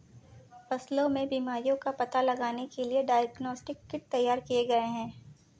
फसलों में बीमारियों का पता लगाने के लिए डायग्नोस्टिक किट तैयार किए गए हैं